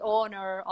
owner